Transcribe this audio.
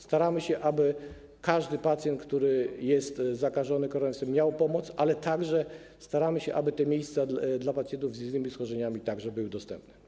Staramy się, aby każdy pacjent, który jest zakażony koronawirusem, miał pomoc, ale także staramy się, aby miejsca dla pacjentów z innymi schorzeniami były dostępne.